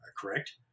correct